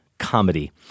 comedy